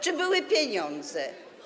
Czy były pieniądze?